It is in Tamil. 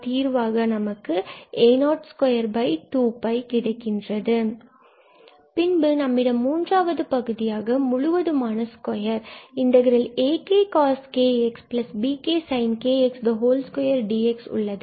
தீர்வாக நமக்கு a022 கிடைக்கின்றது பின்பு நம்மிடம் மூன்றாவது பகுதியாக முழுவதுமான square ak cos kx bk sin kx2 dx உள்ளது